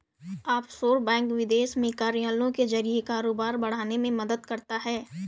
offshore bank विदेश में कार्यालयों के जरिए कारोबार बढ़ाने में मदद करता है